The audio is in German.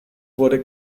wurde